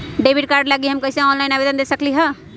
Debit card लागी हम कईसे ऑनलाइन आवेदन दे सकलि ह?